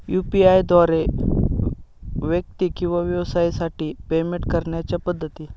UPI द्वारे व्यक्ती किंवा व्यवसायांसाठी पेमेंट करण्याच्या पद्धती